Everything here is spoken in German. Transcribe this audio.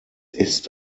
ist